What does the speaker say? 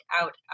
out